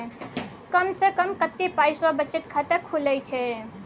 कम से कम कत्ते पाई सं बचत खाता खुले छै?